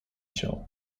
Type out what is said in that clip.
cię